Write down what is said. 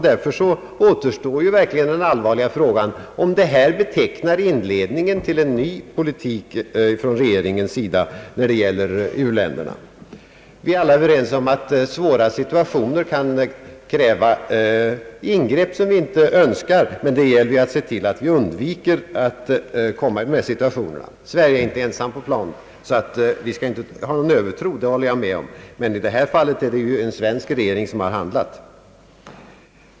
Därför återstår ju verkligen den allvarliga frågan om detta betecknar inledningen till en ny regeringspolitik när det gäller u-länderna, Vi är alla överens om att svåra situationer kan kräva ingrepp som vi inte önskar, men det gäller ju att se till att vi undviker att komma i sådana situationer, Sverige är inte ensamt på plan. Vi skall inte ha någon övertro på statliga åtgärder — det håller jag med om — men i det här fallet är det ju en svensk regering som har handlat eller visat brist på handlande.